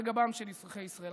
על גבם של אזרחי ישראל.